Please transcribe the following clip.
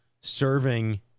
serving